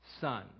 son